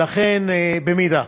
במידה.